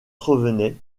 revenaient